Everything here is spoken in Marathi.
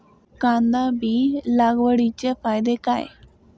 कांदा बी लागवडीचे फायदे काय?